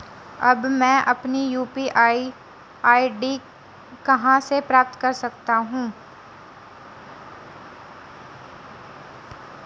अब मैं अपनी यू.पी.आई आई.डी कहां से प्राप्त कर सकता हूं?